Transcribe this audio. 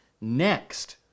next